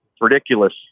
ridiculous